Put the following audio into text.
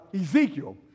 Ezekiel